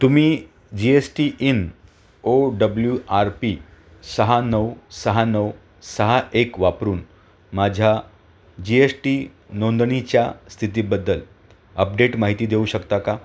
तुम्ही G S T IN O W R P सहा नऊ सहा नऊ सहा एक वापरून माझ्या जी एश टी नोंदणीच्या स्थितीबद्दल अपडेट माहिती देऊ शकता का